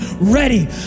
ready